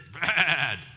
bad